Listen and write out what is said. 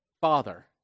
Father